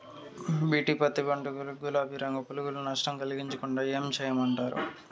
BT పత్తి పంట కు, గులాబీ రంగు పులుగులు నష్టం కలిగించకుండా ఏం చేయమంటారు?